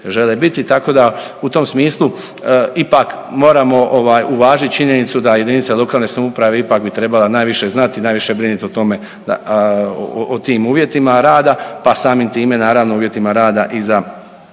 žele biti. Tako da u tom smislu ipak moramo uvažiti činjenicu da jedinica lokalne samouprave ipak bi trebala najviše znati i najviše brinut o tome, o tim uvjetima rada, pa samim time naravno i uvjetima rada i za